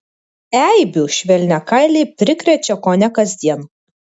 eibių švelniakailiai prikrečia kone kasdien